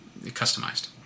customized